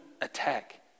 attack